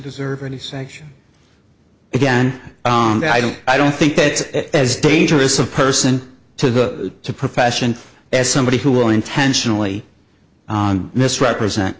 deserve any section again i don't i don't think it's as dangerous a person to the profession as somebody who will intentionally misrepresent